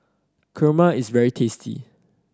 kurma is very tasty